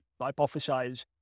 hypothesize